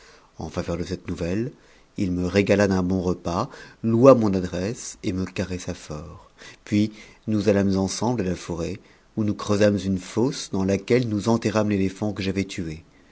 en faveur de cette nouvelle il me régala d'un oa repas loua mon adresse et me caressa fort puis nous allâmes pnsembte à la brét où nous creusâmes une fosse dans laquelle nous enterrées l'éléphant que j'avais tué